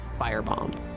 firebombed